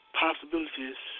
possibilities